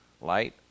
Light